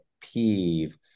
peeve